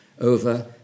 over